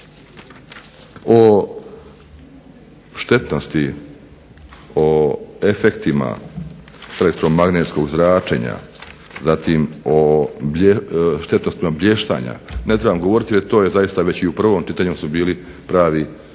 O štetnosti, o efektima elektromagnetskog zračenja, zatim o štetnostima blještanja ne trebam govoriti jer to je zaista već i u prvom čitanju su bili pravi ovdje